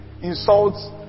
insults